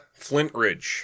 Flintridge